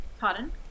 Pardon